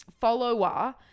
follower